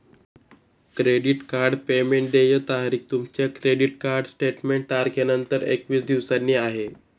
credit card payment देय तारीख तुमच्या क्रेडिट कार्ड स्टेटमेंट तारखेनंतर एकवीस दिवसांनी आहे